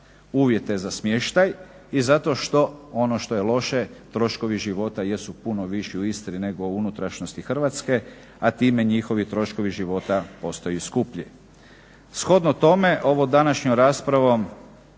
uvjete za smještaj i zato što ono što je loše, troškovi života jesu puno viši u Istri nego u unutrašnjosti Hrvatske, a time njihovi troškovi života postaju i skuplji.